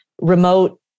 remote